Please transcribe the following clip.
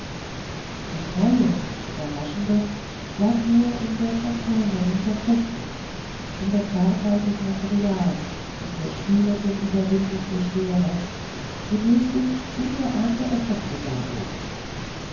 das neue und überraschende lag nur in der verfeinerung der technik in der zartheit des materials in der spielenden überwindung der schwere wodurch sich ungeahnte effekte darboten